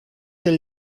del